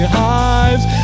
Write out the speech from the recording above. hives